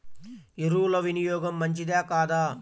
ఎరువుల వినియోగం మంచిదా కాదా?